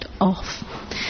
off